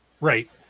Right